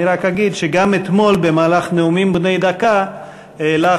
אני רק אגיד שגם אתמול במהלך נאומים בני דקה העלה